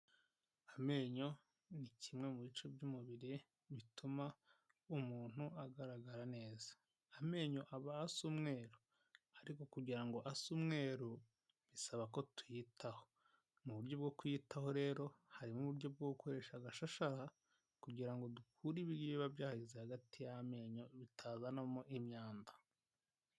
Amenyo ni kimwe mu bice by'umubiri bituma umuntu agaragara neza. Amenyo abaho asa umweru, ariko kugira ngo ase umweru bisaba ko tuyitaho, mu buryo bwo kuyitaho rero harimo uburyo bwo gukoresha agashashara, kugira ngo dukure ibi biba byaheze hagati y'amenyo bitavanamo imyanda.